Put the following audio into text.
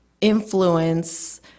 influence